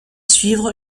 suivre